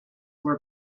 were